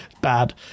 bad